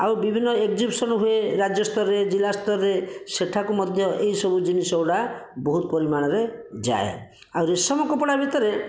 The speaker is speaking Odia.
ଆଉ ବିଭିନ୍ନ ଏଗ୍ଜିବିଶନ ହୁଏ ରାଜ୍ୟସ୍ତରରେ ଜିଲ୍ଲାସ୍ତରରେସେଠାକୁ ମଧ୍ୟ ଏହି ସବୁ ଜିନିଷ ଗୁଡ଼ା ବହୁତ ପରିମାଣରେ ଯାଏ ଆଉ ରେଶମ କପଡ଼ା ଭିତରେ